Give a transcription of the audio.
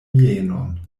mienon